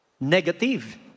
negative